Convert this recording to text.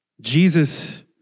Jesus